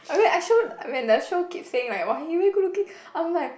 I when I show when the show keep saying like !wah! he very good looking I'm like